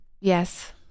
Yes